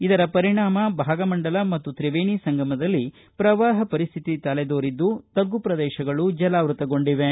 ಇದರ ಪರಿಣಾಮ ಭಾಗಮಂಡಲ ಮತ್ತು ತ್ರಿವೇಣಿ ಸಂಗಮದಲ್ಲಿ ಪ್ರವಾಹ ಪರಿಸ್ಥಿತಿ ತಲೆದೋರಿದ್ದು ತಗ್ಗು ಪ್ರದೇಶಗಳು ಜಲಾವೃತಗೊಂಡಿವೆ